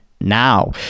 now